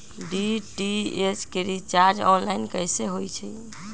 DTH के recharge online कैसे होईछई?